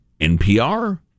NPR